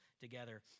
together